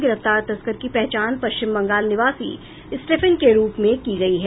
गिरफ्तार तस्कर की पहचान पश्चिम बंगाल निवासी स्टेफन के रूप में की गयी है